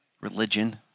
religion